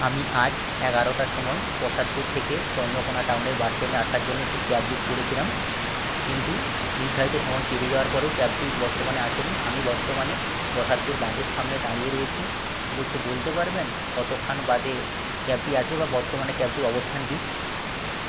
আমি আজ এগারোটার সময় প্রসাদপুর থেকে চন্দ্রকোনা টাউনের বাসস্ট্যান্ডে আসার জন্য একটি ক্যাব বুক করেছিলাম কিন্তু নির্ধারিত সময় পেরিয়ে যাওয়ার পরও ক্যাবটি বর্তমানে আসেনি আমি বর্তমানে প্রসাদপুর বাঁধের সামনে দাঁড়িয়ে রয়েছি একটু বলতে পারবেন কতক্ষণ বাদে ক্যাবটি আসবে বা বর্তমানে ক্যাবটির অবস্থান কি